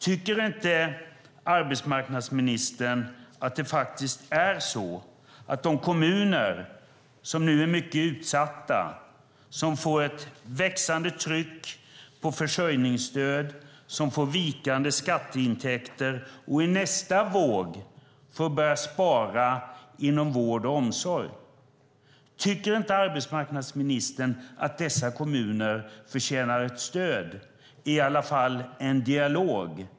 Tycker inte arbetsmarknadsministern att dessa kommuner förtjänar ett stöd eller i varje fall en dialog som nu är mycket utsatta, får ett växande tryck på försörjningsstöd, vikande skatteintäkter och i nästa våg får börja spara inom vård och omsorg?